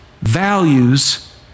values